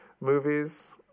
movies